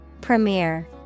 Premiere